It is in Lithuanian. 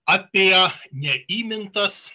apie neįmintas